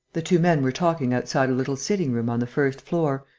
the two men were talking outside a little sitting-room on the first floor,